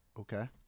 okay